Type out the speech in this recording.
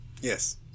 Yes